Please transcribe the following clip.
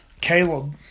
Caleb